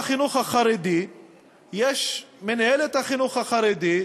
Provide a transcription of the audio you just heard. בחינוך החרדי יש מינהלת לחינוך החרדי,